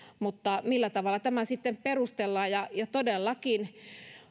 mutta millä tavalla tämä sitten perustellaan ja ja todellakin